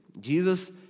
jesus